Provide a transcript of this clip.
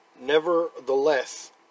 Nevertheless